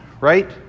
right